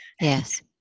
yes